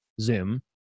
Zoom